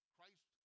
Christ